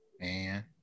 Man